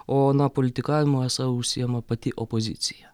o na politikavimu esą užsiima pati opozicija